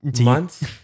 months